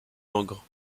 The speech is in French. langres